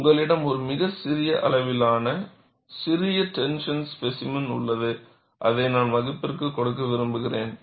உங்களிடம் ஒரு மிக சிறிய அளவிலான சிறிய டென்ஷன் ஸ்பேசிமென் உள்ளது அதை நான் வகுப்பிற்கு கொடுக்க விரும்புகிறேன்